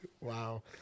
Wow